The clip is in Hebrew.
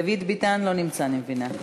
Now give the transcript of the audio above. דוד ביטן לא נמצא, אני מבינה.